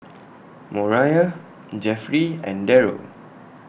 Moriah Jeffrey and Deryl